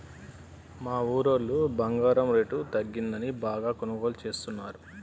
మా ఊరోళ్ళు బంగారం రేటు తగ్గిందని బాగా కొనుగోలు చేస్తున్నరు